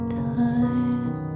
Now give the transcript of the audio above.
time